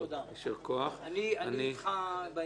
אני איתך,